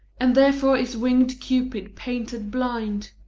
and therefore is wing'd cupid painted blind.